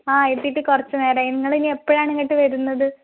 ആ എത്തിയിട്ട് കുറച്ച് നേരമായി നിങ്ങളിനി എപ്പോഴാണ് ഇങ്ങോട്ട് വരുന്നത്